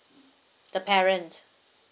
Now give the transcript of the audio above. the parents